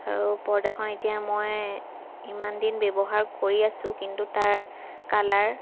আৰু পৰ্দাখন এতিয়া মই ইমানদিন ব্য়ৱহাৰ কৰি আছোঁ কিন্তু তাৰ কালাৰ